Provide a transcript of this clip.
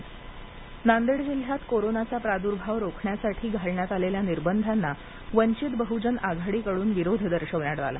वंचित बहजन आघाडी नांदेड नांदेड जिल्ह्यात कोरोनाचा प्रादुर्भाव रोखण्यासाठी घालण्यात आलेल्या निर्बंधाना वंचित बहूजन आघाडी कडून विरोध दर्शवण्यात आला